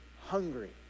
hungry